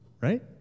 right